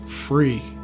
free